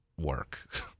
work